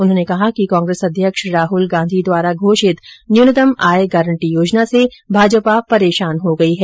उन्होंने कहा कि कांग्रेस अध्यक्ष राहल गांधी द्वारा घोषित न्यूनतम आय गारंटी योजना से भाजपा परेशान हो गयी है